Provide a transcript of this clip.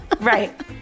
Right